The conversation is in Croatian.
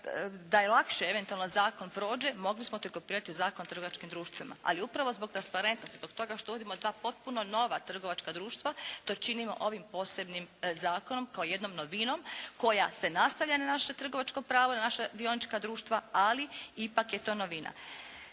da joj lakše eventualno zakon prođe mogli smo to …/Govornica se ne razumije./… Zakon o trgovačkim društvima, ali upravo zbog transparentnosti, zbog toga što uvodimo dva potpuno nova trgovačka društva to činimo ovim posebnim zakonom kao jednom novinom koja se nastavlja na naše trgovačko pravo i na naša dionička društva, ali ipak je to novina.